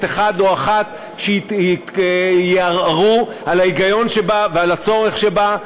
אחד או אחת שיערערו על ההיגיון שבה ועל הצורך שבה,